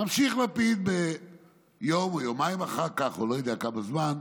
ממשיך לפיד יום או יומיים אחר כך או לא יודע כמה זמן: